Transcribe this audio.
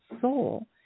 soul